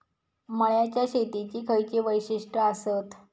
मळ्याच्या शेतीची खयची वैशिष्ठ आसत?